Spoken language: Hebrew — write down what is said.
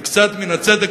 וקצת מן הצדק,